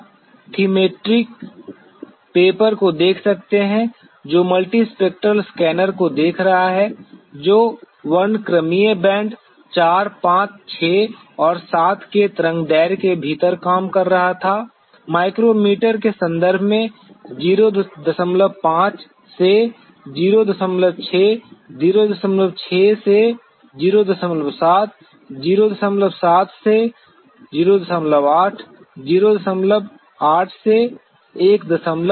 आप thematic mapper को देख सकते हैं जो मल्टीस्पेक्ट्रल स्कैनर को देख रहा है जो वर्णक्रमीय बैंड 4 5 6 और 7 के तरंग दैर्ध्य के भीतर काम कर रहा था माइक्रोमीटर के संदर्भ में 05 से 06 06 से 07 07 से 08 08 से 11